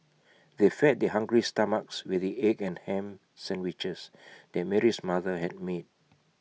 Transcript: they fed their hungry stomachs with the egg and Ham Sandwiches that Mary's mother had made